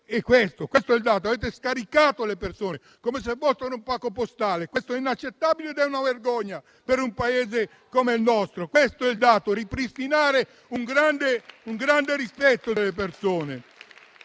è questo. Avete scaricato le persone come se fossero un pacco postale. Tutto questo è inaccettabile ed è una vergogna per un Paese come il nostro. Questo è il dato: ripristinare un grande rispetto delle persone.